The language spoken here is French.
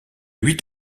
huit